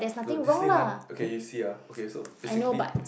no this Li-Han okay you see ah okay so basically